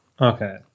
Okay